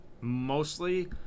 Mostly